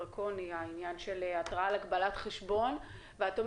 העניין של התראה על הגבלת חשבון זה בהחלט דרקוני.